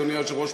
אדוני היושב-ראש,